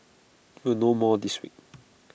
we'll know more this week